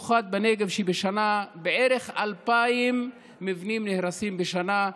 כשבערך 2,000 מבנים נהרסים בשנה,